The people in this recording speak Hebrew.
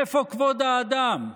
איפה כבוד האדם,